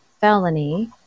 felony